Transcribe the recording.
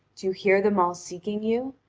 do you hear them all seeking you?